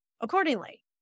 accordingly